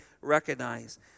recognize